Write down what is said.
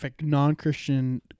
non-Christian